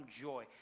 joy